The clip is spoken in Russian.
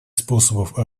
способов